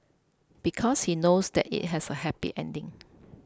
because he knows that it has a happy ending